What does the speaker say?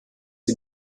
sie